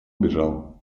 бежал